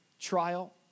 trial